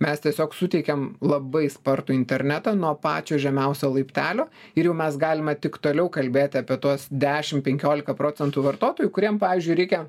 mes tiesiog suteikiam labai spartų internetą nuo pačio žemiausio laiptelio ir jau mes galime tik toliau kalbėti apie tuos dešim penkiolika procentų vartotojų kuriem pavyzdžiui reikia